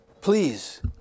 please